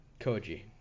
Koji